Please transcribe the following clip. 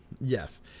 yes